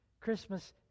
Christmas